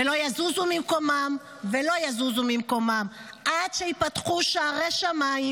ולא יזוזו ממקומם עד שייפתחו שערי שמיים